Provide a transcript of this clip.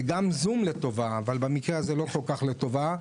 וגם זום לטובה, אבל במקרה הזה לא כל כך לטובה.